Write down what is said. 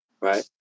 right